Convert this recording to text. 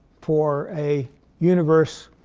for a universe